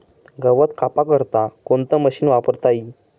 गवत कापा करता कोणतं मशीन वापरता ई?